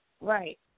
Right